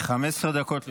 15 דקות לרשותך.